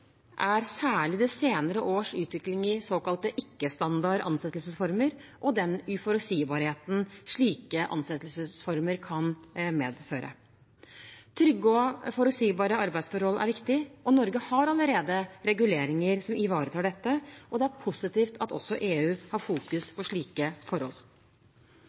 er særlig de senere års utvikling av såkalte ikke-standard ansettelsesformer og den uforutsigbarheten slike ansettelsesformer kan medføre. Trygge og forutsigbare arbeidsforhold er viktig, og Norge har allerede regulering som ivaretar dette. Det er positivt at også EU fokuserer på slike forhold.